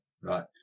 Right